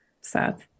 Seth